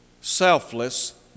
selfless